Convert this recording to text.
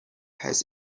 has